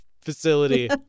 facility